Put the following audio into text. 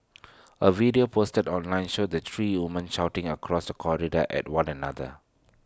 A video posted online showed the three women shouting across the corridor at one another